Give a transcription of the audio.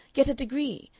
get a degree,